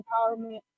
empowerment